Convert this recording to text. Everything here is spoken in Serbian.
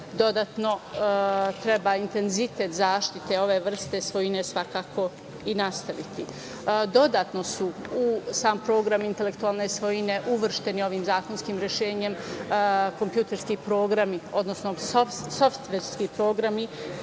dodatno treba intenzitet zaštite ove vrste svojine svakako i nastaviti. Dodatno su u sam program intelektualne svojine uvršteni ovim zakonskim rešenjem kompjuterski programi, odnosno softverski programi,